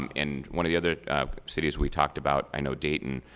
and one of the other cities we talked about i know dayton,